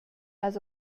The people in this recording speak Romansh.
has